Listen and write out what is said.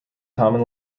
common